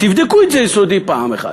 תבדקו את זה באופן יסודי פעם אחת.